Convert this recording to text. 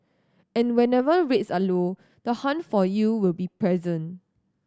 and whenever rates are low the hunt for yield will be present